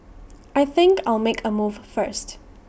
I think I'll make A move first